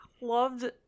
loved